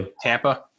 Tampa